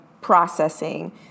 processing